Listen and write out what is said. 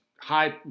high